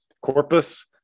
corpus